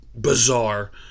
bizarre